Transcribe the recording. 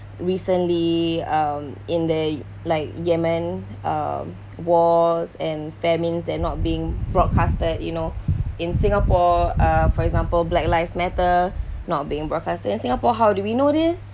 recently um in the like yemen um wars and famine they're not being broadcasted you know in singapore uh for example black lives matter not being broadcast in singapore how do we know this